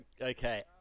okay